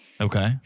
Okay